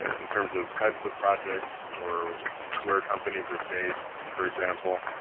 in terms of types of projects or where companies are based, for example,